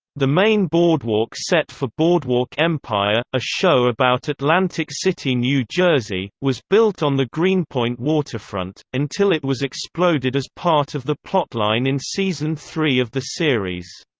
the main boardwalk set for boardwalk empire a show about atlantic city, new jersey was built on the greenpoint waterfront, until it was exploded as part of the plotline in season three of the series.